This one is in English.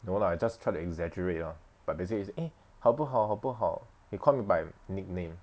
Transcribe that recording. no lah I just try to exaggerate ah but they say is eh 好不好好不好 they call me by nickname